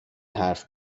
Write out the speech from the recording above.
حرف